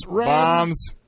Bombs